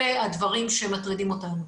אלה הדברים שמטרידים אותנו.